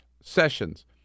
Sessions